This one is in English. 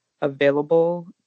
available